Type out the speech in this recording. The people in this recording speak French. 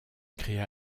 créa